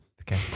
Okay